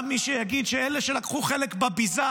גם מי שיגיד שאלה שלקחו חלק בביזה,